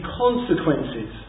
consequences